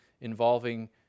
involving